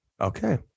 Okay